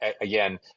again